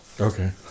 Okay